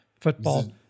football